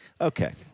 Okay